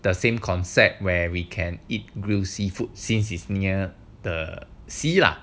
the same concept where we can eat grilled seafood since is near the sea lah